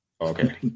Okay